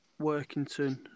Workington